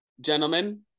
gentlemen